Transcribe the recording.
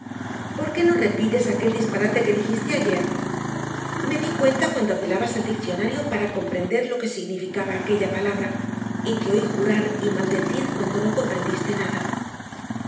por qué no repites aquel disparate que dijiste ayer me di cuenta cuando apelabas al diccionario para comprender lo que significaba aquella palabra y te oí jurar y maldecir cuando no comprendiste nada